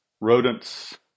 rodents